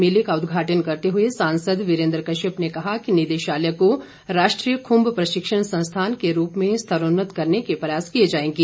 मेले का उद्घाटन करते हुए सांसद वीरेंद्र कश्यप ने कहा कि निदेशालय को राष्ट्रीय खुम्ब प्रशिक्षण संस्थान के रूप में स्तरोन्नत करने के प्रयास किए जाएंगे